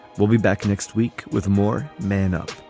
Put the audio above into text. we'll be back next week with more men up